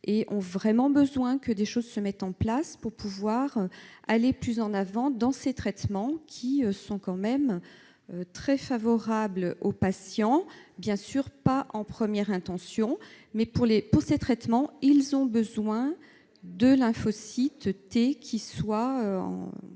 ils ont vraiment besoin que des choses se mettent en place pour pouvoir avancer plus avant dans ces traitements, qui sont quand même très favorables aux patients. Il ne s'agit bien sûr pas de le faire en première intention, mais, pour ces traitements, ils ont besoin de lymphocytes T dans le